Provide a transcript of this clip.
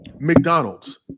McDonald's